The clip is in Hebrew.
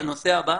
הנושא הבא